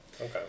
Okay